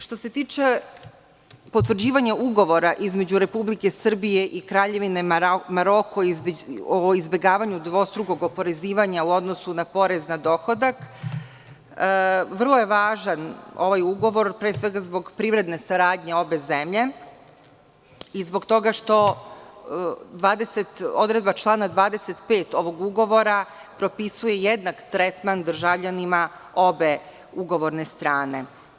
Što se tiče potvrđivanja Ugovora između Republike Srbije i Kraljevine Maroko o izbegavanju dvostrukog oporezivanja u odnosu na porez na dohodak, vrlo je važan ovaj ugovor pre svega zbog privredne saradnje obe zemlje, i zbog toga što odredba člana 25. ovog ugovora propisuje jednak tretman državljanima obe ugovorne strane.